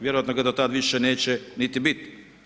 Vjerojatno ga do tada više neće niti biti.